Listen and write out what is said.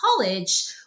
college